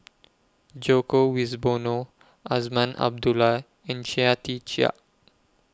Djoko Wibisono Azman Abdullah and Chia Tee Chiak